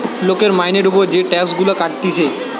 লোকের মাইনের উপর যে টাক্স গুলা কাটতিছে